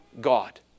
God